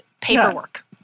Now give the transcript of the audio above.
paperwork